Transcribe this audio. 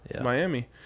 Miami